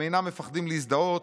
הם אינם מפחדים להזדהות,